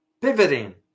pivoting